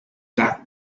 dark